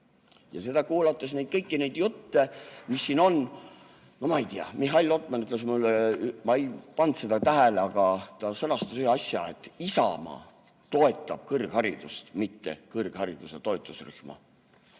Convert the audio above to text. huvitab. Kuulates kõiki neid jutte, mis siin oli – no ma ei tea. Mihhail Lotman, ma ei pannud seda tähele, aga ta sõnastas ühe asja: Isamaa toetab kõrgharidust, mitte kõrghariduse toetusrühma.